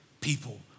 people